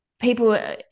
people